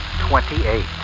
twenty-eight